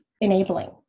enabling